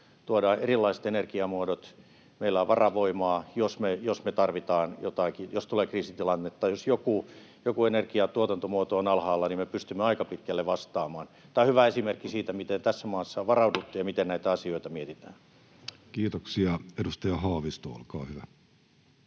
tuodaan erilaiset energiamuodot. Meillä on varavoimaa, jos me tarvitaan, jos tulee kriisitilanne. Tai jos joku energiantuotantomuoto on alhaalla, me pystymme aika pitkälle vastaamaan. Tämä on hyvä esimerkki siitä, miten tässä maassa on varauduttu ja miten näitä asioita mietitään.